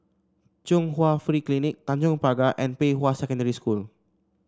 Chung Hwa Free Clinic Tanjong Pagar and Pei Hwa Secondary School